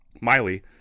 Miley